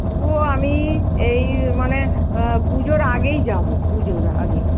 তবুও আমি এই মানে পুজোর আগেই যাবো পুজোর আগে